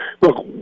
look